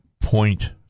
point